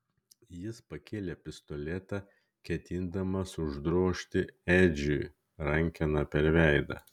jis pakėlė pistoletą ketindamas uždrožti edžiui rankena per veidą